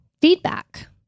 feedback